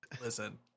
Listen